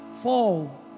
Fall